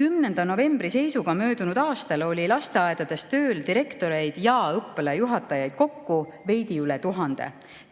10. novembri seisuga möödunud aastal oli lasteaedades tööl direktoreid ja õppealajuhatajaid kokku veidi üle 1000,